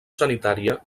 sanitària